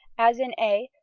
as in a,